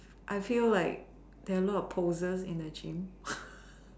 I feel like there are a lot of posers in the gym